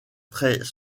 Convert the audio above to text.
trait